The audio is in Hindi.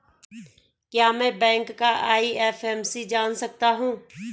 क्या मैं बैंक का आई.एफ.एम.सी जान सकता हूँ?